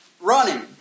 running